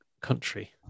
country